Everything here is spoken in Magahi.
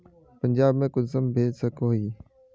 पंजाब में कुंसम भेज सकोही?